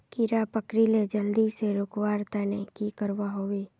कीड़ा पकरिले जल्दी से रुकवा र तने की करवा होबे?